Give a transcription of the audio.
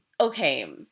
Okay